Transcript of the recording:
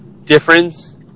difference